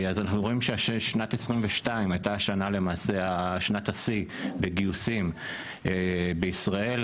אז אנחנו רואים ששנת 2021 הייתה למעשה שנת השיא בגיוסים בישראל.